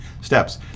steps